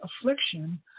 affliction